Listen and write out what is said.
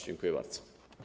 Dziękuję bardzo.